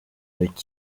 mudugudu